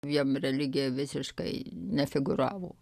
jiem religija visiškai nefigūravo